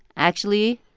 actually,